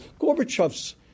Gorbachev's